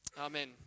Amen